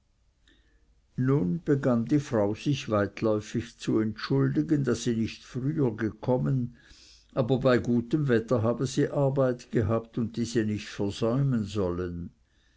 nun begann die frau sich weitläufig zu entschuldigen daß sie nicht früher gekommen aber bei gutem wetter habe sie arbeit gehabt und diese nicht versäumen wollen